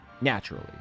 naturally